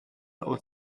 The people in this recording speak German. aus